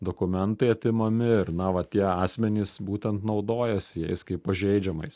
dokumentai atimami ir na va tie asmenys būtent naudojasi jais kaip pažeidžiamais